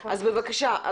בבקשה,